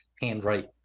handwrite